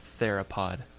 theropod